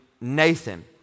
Nathan